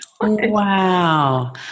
wow